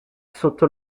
sotto